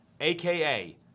aka